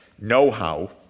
know-how